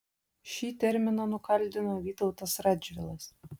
šį terminą nukaldino vytautas radžvilas